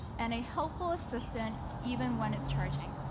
and a helpful assistant even when it's charging.